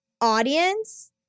audience